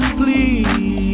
please